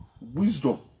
Wisdom